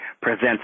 presents